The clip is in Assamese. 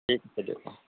ঠিক আছে দিয়ক অঁ